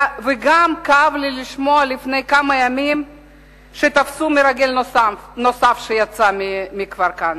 וגם כאב לי לשמוע לפני כמה ימים שתפסו מרגל נוסף שיצא מכפר-כנא.